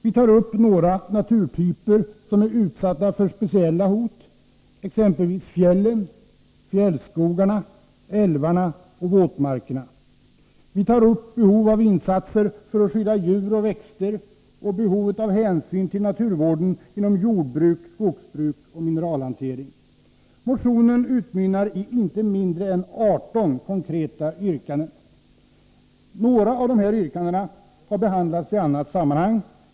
Vi tar upp några naturtyper som är utsatta för speciella hot, exempelvis fjällen, fjällskogarna, älvarna och våtmarkerna. Vi tar upp behov av insatser för att skydda djur och växter och behovet av hänsyn till naturvården inom jordbruk, skogsbruk och mineralhantering. Motionen utmynnar i inte mindre än 18 konkreta yrkanden. Några av dessa yrkanden har behandlats i annat sammanhang.